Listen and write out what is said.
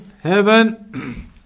heaven